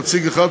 נציג אחד,